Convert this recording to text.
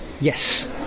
Yes